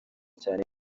cyane